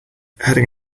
heading